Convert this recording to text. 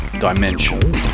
Dimension